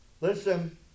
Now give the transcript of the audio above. Listen